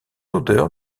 odeur